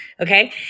Okay